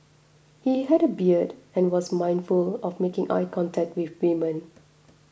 he had a beard and was mindful of making eye contact with women